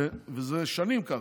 זה שנים ככה.